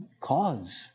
Cause